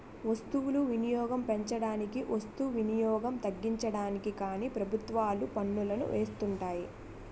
వస్తువులు వినియోగం పెంచడానికి వస్తు వినియోగం తగ్గించడానికి కానీ ప్రభుత్వాలు పన్నులను వేస్తుంటాయి